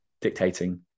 dictating